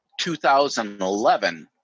2011